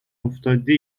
افتادی